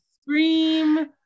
scream